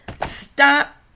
stop